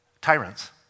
tyrants